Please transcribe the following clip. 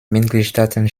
mitgliedstaaten